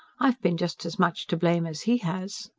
i've been just as much to blame as he has.